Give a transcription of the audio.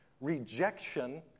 Rejection